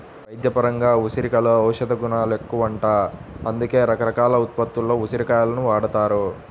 వైద్యపరంగా ఉసిరికలో ఔషధగుణాలెక్కువంట, అందుకే రకరకాల ఉత్పత్తుల్లో ఉసిరి కాయలను వాడతారు